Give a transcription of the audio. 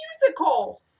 musical